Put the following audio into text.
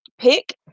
pick